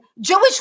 Jewish